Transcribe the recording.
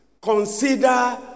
Consider